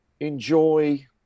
Enjoy